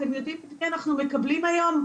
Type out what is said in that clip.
אתם יודעים את מי אנחנו מקבלים היום,